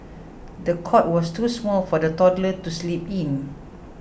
the cot was too small for the toddler to sleep in